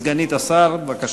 סגנית השר, בבקשה.